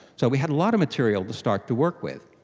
so we had a lot of material to start to work with.